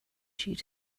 shoot